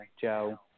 Joe